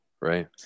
right